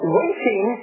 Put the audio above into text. waiting